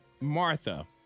Martha